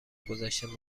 گذشت